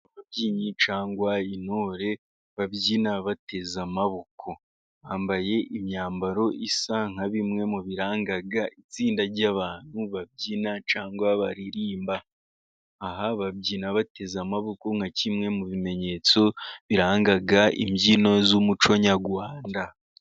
Ababyinnyi cyangwa intore babyina bateze amaboko. Bambaye imyambaro isa nka bimwe mu biranga itsinda ry'abantu babyina cyangwa baririmba. Aha babyina bateze amaboko, nka kimwe mu bimenyetso biranga imbyino z'umuco nyarwanda.